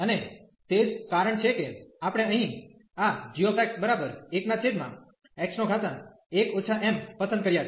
અને તે જ કારણ છે કે આપણે અહીં આ gx1x1 m પસંદ કર્યા છે